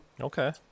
Okay